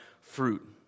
fruit